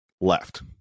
left